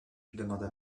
demanda